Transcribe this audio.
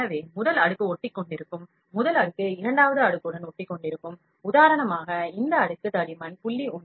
எனவே முதல் அடுக்கு ஒட்டிக்கொண்டிருக்கும் முதல் அடுக்கு இரண்டாவது அடுக்குடன் ஒட்டிக்கொண்டிருக்கும் உதாரணமாக இந்த அடுக்கு தடிமன் 0